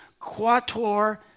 quator